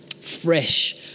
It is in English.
fresh